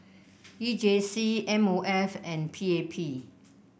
E J C M O F and P A P